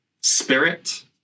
spirit